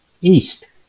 east